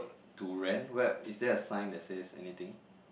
to rent where is there a sign that says anything